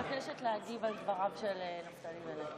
אני מבקשת להגיב על דבריו של נפתלי בנט